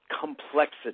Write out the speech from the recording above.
complexity